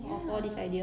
ya